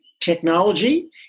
technology